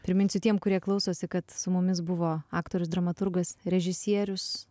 priminsiu tiem kurie klausosi kad su mumis buvo aktorius dramaturgas režisierius